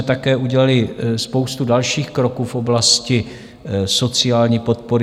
Také jsme udělali spoustu dalších kroků v oblasti sociální podpory.